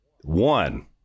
one